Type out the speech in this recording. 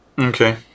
Okay